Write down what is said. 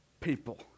people